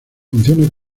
funciones